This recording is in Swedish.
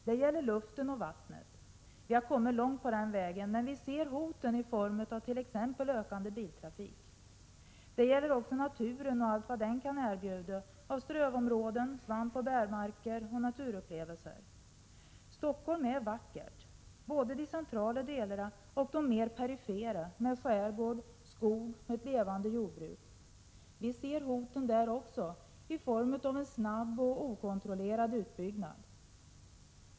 Det gäller luften och vattnet. Vi har kommit långt på den vägen, men ser hoten i form av tt.ex. biltrafik. Det gäller naturen och allt vad den kan erbjuda av strövområden, svampoch bärmarker och naturupplevelser. Stockholm är vackert, både de centrala delarna och de mer perifera med skärgårdar, skogar och ett levande jordbruk. Vi ser hoten i form av en snabb och okontrollerad utbyggnad.